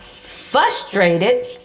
frustrated